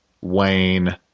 Wayne